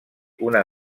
una